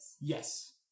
Yes